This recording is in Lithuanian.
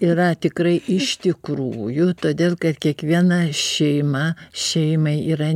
yra tikrai iš tikrųjų todėl kad kiekviena šeima šeimai yra